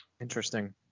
Interesting